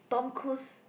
Tom Cruise